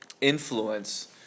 influence